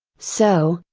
so,